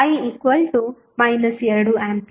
i 2A